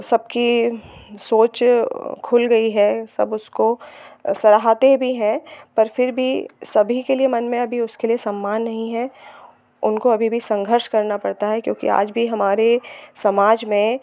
सब की सोच खुल गई है सब उसको सराहते भी हैं पर फिर भी सभी के लिए मन में अभी उसके लिए सम्मान नहीं है उनको अभी भी संघर्ष करना पड़ता है क्योंकि आज भी हमारे समाज में